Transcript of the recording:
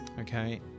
okay